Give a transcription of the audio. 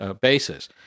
basis